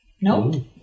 No